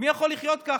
מי יכול לחיות ככה?